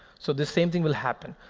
so the same thing will happen.